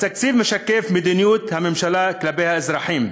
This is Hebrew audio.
התקציב משקף את מדיניות הממשלה כלפי האזרחים,